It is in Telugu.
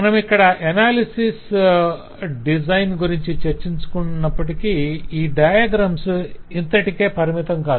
మనమిక్కడ అనాలిసిస్ మరియి డిజైన్ గురించి చర్చించుకుంటున్నప్పటికీ ఈ డయాగ్రమ్స్ ఇంతటికే పరిమితం కాదు